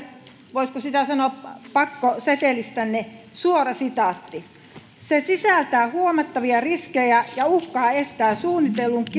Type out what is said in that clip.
voisiko sanoa pakkosetelistänne suora sitaatti se sisältää huomattavia riskejä ja uhkaa estää suunnitellun kirurgian